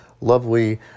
lovely